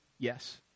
Yes